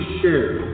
share